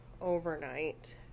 overnight